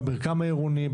במרקם העירוני,